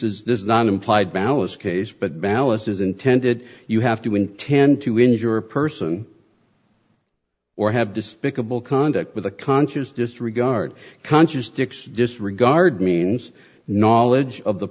this is not an implied malice case but balance is intended you have to intend to injure a person or have despicable conduct with a conscious disregard conscious dick's disregard means knowledge of the